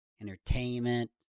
entertainment